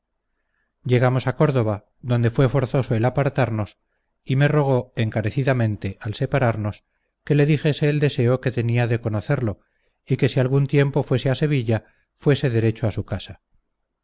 llegamos a córdoba donde fue forzoso el apartarnos y me rogó encarecidamente al separarnos que le dijese el deseo que tenía de conocerlo y que si algún tiempo fuese a sevilla fuese derecho a su casa